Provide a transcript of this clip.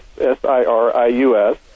S-I-R-I-U-S